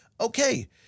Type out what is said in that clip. okay